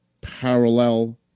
parallel